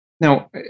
Now